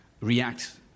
react